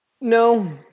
No